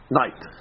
night